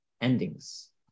endings